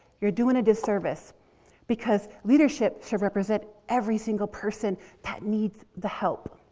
you're doing a disservice because leadership should represent every single person that needs the help.